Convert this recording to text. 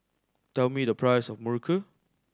tell me the price of muruku